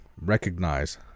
recognize